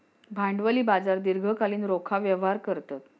भांडवली बाजार दीर्घकालीन रोखा व्यवहार करतत